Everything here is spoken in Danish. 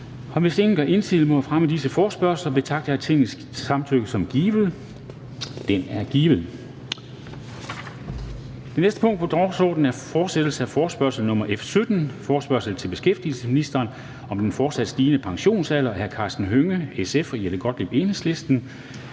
Hvis ingen gør indsigelse mod fremme af disse forespørgsler, betragter jeg Tingets samtykke som givet. Det er givet. --- Det næste punkt på dagsordenen er: 3) Fortsættelse af forespørgsel nr. F 17 [afstemning]: Forespørgsel til beskæftigelsesministeren om den fortsat stigende pensionsalder. Af Karsten Hønge (SF) og Jette Gottlieb